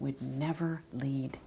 would never lead